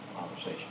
conversation